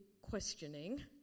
questioning